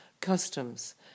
customs